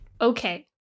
okay